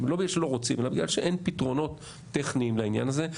לא בגלל שלא רוצים אלא בגלל שאין פתרונות טכניים לעניין הזה.